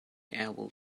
able